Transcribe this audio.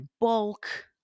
bulk